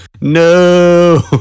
No